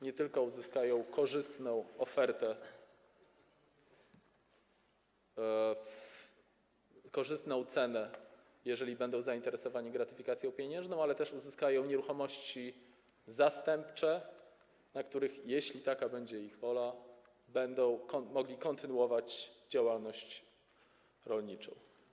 Nie tylko uzyskają oni korzystną ofertę, korzystną cenę, jeżeli będą zainteresowani gratyfikacją pieniężną, ale też uzyskają nieruchomości zastępcze, na których, jeśli taka będzie ich wola, będą mogli kontynuować działalność rolniczą.